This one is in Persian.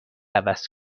عوض